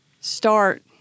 start